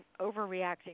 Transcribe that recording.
overreacting